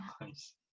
Nice